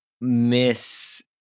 miss